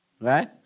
Right